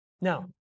Now